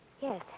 yes